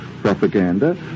propaganda